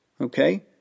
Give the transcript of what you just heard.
okay